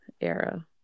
era